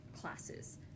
classes